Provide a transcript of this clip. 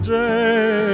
day